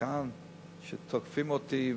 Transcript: כאן שתוקפים אותי,